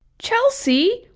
chelsea?